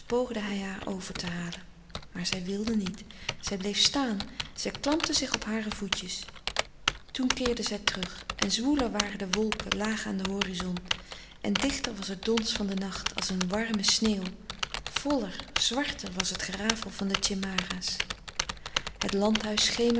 hij haar over te halen maar zij wilde niet zij bleef staan zij klampte louis couperus de stille kracht zich op hare voetjes toen keerden zij terug en zwoeler waren de wolken laag aan den horizon en dichter was het dons van den nacht als een warme sneeuw voller zwarter was het gerafel van de tjemara's het landhuis